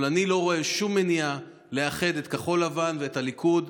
אבל אני לא רואה שום מניעה לאחד את כחול לבן ואת הליכוד,